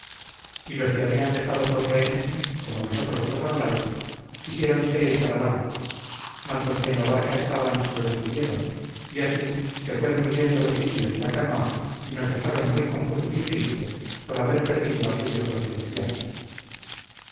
y los que habían dejado por rehenes como los otros los hablaron quisiéronse echar al agua mas los que en la barca estaban los detuvieron y así se fueron huyendo los indios de la canoa y nos dejaron muy confusos y tristes por haber perdido aquellos dos cristianos